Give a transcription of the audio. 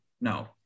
no